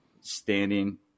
standing